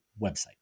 website